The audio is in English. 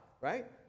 right